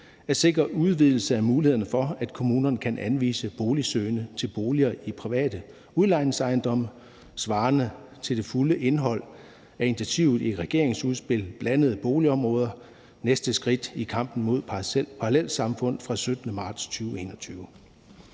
at sikre udvidelse af mulighederne for, at kommunerne kan anvise boligsøgende til boliger i private udlejningsejendomme, svarende til det fulde indhold af initiativet i regeringens udspil »Blandede boligområder – næste skridt i kampen mod parallelsamfund« fra den 17. marts 2021.